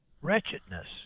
wretchedness